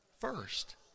first